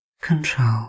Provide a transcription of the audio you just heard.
control